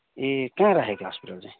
ए कहाँ राखेको थियो हस्पिटल चाहिँ